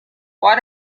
why